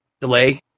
delay